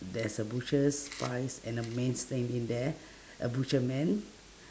there's a butchers pies and a man standing there a butcher man